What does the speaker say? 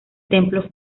templo